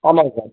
ஆமாங்க சார்